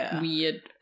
weird